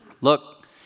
Look